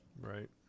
Right